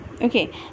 Okay